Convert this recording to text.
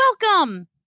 Welcome